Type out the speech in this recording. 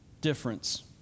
difference